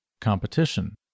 competition